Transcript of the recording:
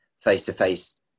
face-to-face